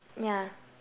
yeah